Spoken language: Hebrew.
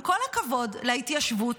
עם כל הכבוד להתיישבות,